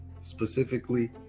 specifically